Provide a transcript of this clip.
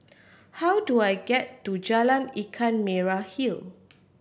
how do I get to Jalan Ikan Merah Hill